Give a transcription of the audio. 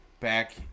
Back